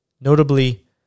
Notably